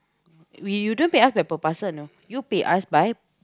we you don't pay us by per parcel you know you pay us by